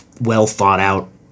well-thought-out